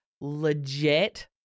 legit